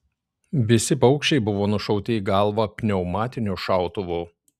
visi paukščiai buvo nušauti į galvą pneumatiniu šautuvu